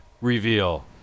reveal